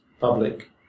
public